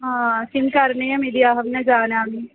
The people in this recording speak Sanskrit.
हा किं करणीयमिति अहं न जानामि